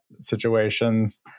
situations